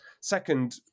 Second